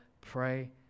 pray